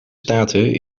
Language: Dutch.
staten